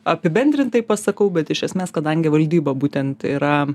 apibendrintai pasakau bet iš esmės kadangi valdyba būtent yra